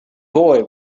boy